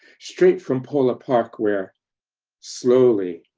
straight from phola park, where slowly,